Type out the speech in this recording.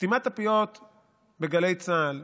סתימת הפיות בגלי צה"ל,